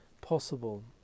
possible